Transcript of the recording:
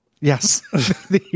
Yes